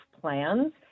plans